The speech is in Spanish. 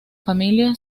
familia